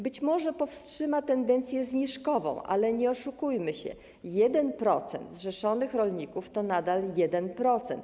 Być może powstrzyma tendencję zniżkową, ale nie oszukujmy się: 1% zrzeszonych rolników to nadal 1%.